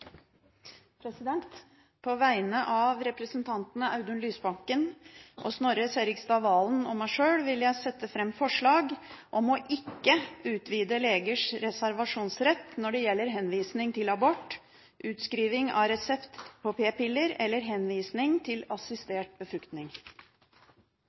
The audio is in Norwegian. representantforslag. På vegne av representantene Audun Lysbakken, Snorre Serigstad Valen og meg sjøl vil jeg framsette et forslag om å ikke utvide legers rett til reservasjonsrett når det gjelder henvisning til abort, utskriving av resept på p-piller eller henvisning til